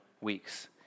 weeks